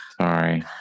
Sorry